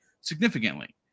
significantly